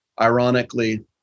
ironically